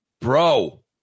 Bro